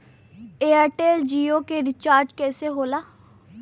Airtel Jio के recharge कैसे होला?